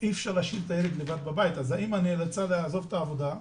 אי אפשר להשאיר אותם לבד בבית ולכן האימא נאלצה לעזוב את העבודה,